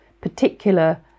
particular